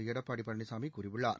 எடப்பாடி பழனிசாமி கூறியுள்ளார்